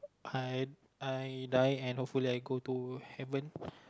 I I die and hopefully I go to heaven